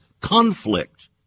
conflict